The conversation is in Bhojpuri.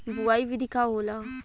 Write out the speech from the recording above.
बुआई विधि का होला?